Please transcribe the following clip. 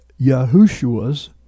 Yahushua's